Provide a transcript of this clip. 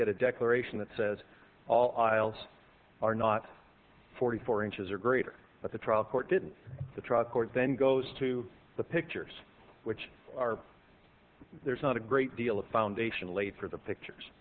get a declaration that says all aisles are not forty four inches or greater but the trial court didn't the trial court then goes to the pictures which are there's not a great deal of foundation laid for the pictures